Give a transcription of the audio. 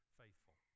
faithful